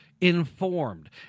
informed